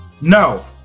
No